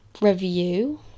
review